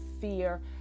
fear